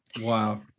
wow